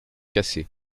casser